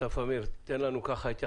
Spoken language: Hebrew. אסרף אמיר, תן לנו התייחסות.